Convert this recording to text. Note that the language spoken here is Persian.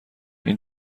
این